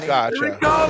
Gotcha